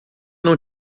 não